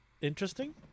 interesting